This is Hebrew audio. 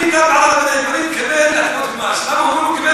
אני גם, כדי לקבל הטבות במס.